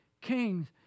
kings